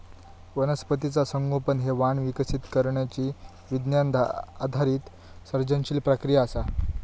वनस्पतीचा संगोपन हे वाण विकसित करण्यची विज्ञान आधारित सर्जनशील प्रक्रिया असा